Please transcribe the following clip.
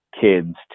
kids